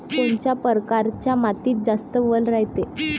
कोनच्या परकारच्या मातीत जास्त वल रायते?